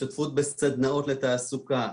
השתתפות בסדנאות לתעסוקה.